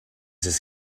his